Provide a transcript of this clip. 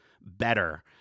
better